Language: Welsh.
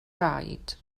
raid